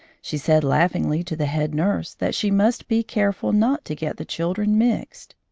she said laughingly to the head nurse that she must be careful not to get the children mixed.